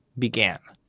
began.